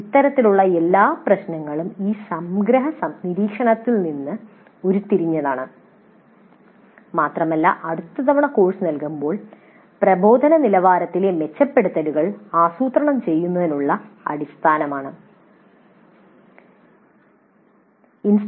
ഇത്തരത്തിലുള്ള എല്ലാ പ്രശ്നങ്ങളും ഈ സംഗ്രഹ നിരീക്ഷണങ്ങളിൽ നിന്ന് ഉരുത്തിരിഞ്ഞതാണ് മാത്രമല്ല അടുത്ത തവണ കോഴ്സ് നൽകുമ്പോൾ പ്രബോധന നിലവാരത്തിലെ മെച്ചപ്പെടുത്തലുകൾ ആസൂത്രണം ചെയ്യുന്നതിനുള്ള അടിസ്ഥാനമാണിത്